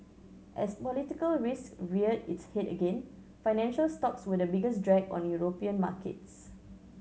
as political risk reared its head again financial stocks were the biggest drag on European markets